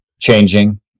changing